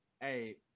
Hey